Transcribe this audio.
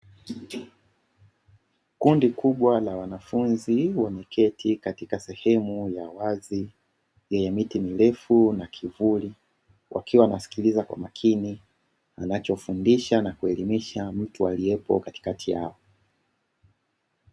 Kundi kubwa la wanafunzi wameketi katika sehemu ya wazi yenye miti mirefu na kivuli wakiwa wanasikiliza kwa makini anacho fundisha na kuelimisha mtu aliyepo katikati yao.